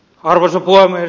arvoisa puhemies